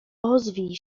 ozwij